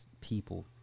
people